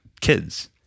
kids